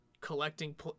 collecting